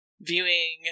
Viewing